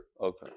Okay